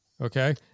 okay